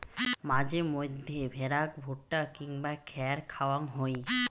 মাঝে মইধ্যে ভ্যাড়াক ভুট্টা কিংবা খ্যার খাওয়াং হই